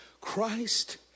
Christ